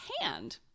hand